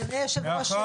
אדוני היושב-ראש,